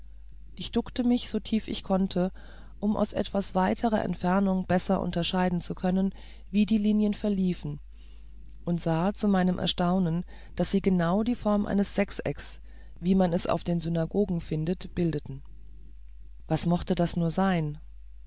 ich duckte mich so tief ich konnte um aus etwas weiterer entfernung besser unterscheiden zu können wie die linien verliefen und sah zu meinem erstaunen daß sie genau die form eines sechsecks wie man es auf den synagogen findet bildeten was mochte das nur sein